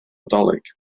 nadolig